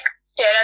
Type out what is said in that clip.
stare